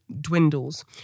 dwindles